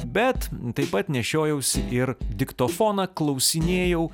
bet taip pat nešiojaus ir diktofoną klausinėjau